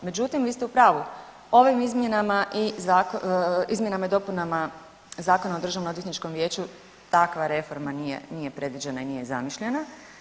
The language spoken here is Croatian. Međutim, vi ste u pravu, ovim izmjenama i dopunama Zakona o Državnoodvjetničkom vijeću, takva reforma nije predviđena i nije zamišljena.